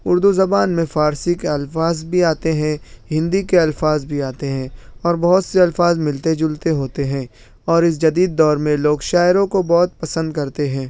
اردو زبان میں فارسی کے الفاظ بھی آتے ہیں ہندی کے الفاط بھی آتے ہیں اور بہت سے الفاظ ملتے جلتے ہوتے ہیں اور اس جدید دور میں لوگ شاعروں کو بہت پسند کرتے ہیں